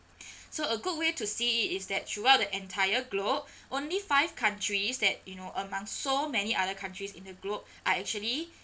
so a good way to see it is that throughout the entire globe only five countries that you know among so many other countries in a globe are actually